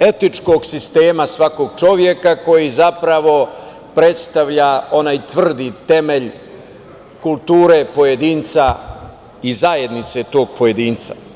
etičkog sistema svakog čoveka koji zapravo predstavlja onaj tvrdi temelj kulture pojedinca i zajednice tog pojedinca.